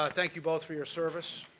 ah thank you both for your service.